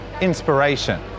inspiration